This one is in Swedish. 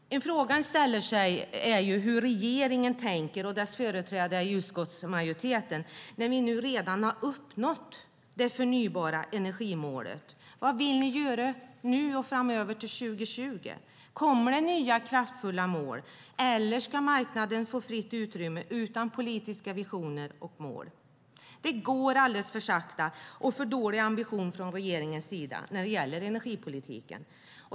En fråga man ställer sig är hur regeringen och dess företrädare i utskottsmajoriteten tänker när vi nu redan har uppnått målet för förnybar energi. Vad vill ni göra nu och framöver till 2020? Kommer det nya kraftfulla mål, eller ska marknaden få fritt utrymme utan politiska visioner och mål? Det går alldeles för sakta, och det finns för dålig ambition från regeringens sida när det gäller energipolitiken.